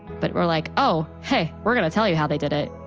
but we're like, oh, hey. we're going to tell you how they did it!